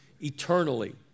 eternally